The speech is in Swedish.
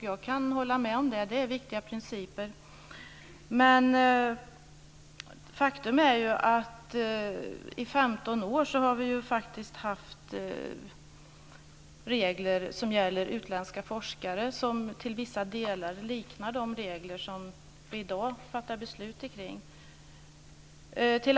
Jag kan hålla med om att det är viktiga principer. Men faktum är att vi i 15 år har haft regler som gäller utländska forskare som till vissa delar liknar de regler som vi i dag fattar beslut om.